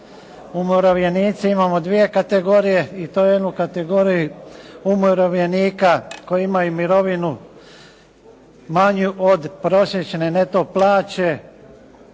Umirovljenici imamo dvije kategorije i to jednu kategoriju umirovljenika koji imaju mirovnu manju od prosječne neto plaće